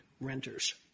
renters